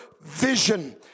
vision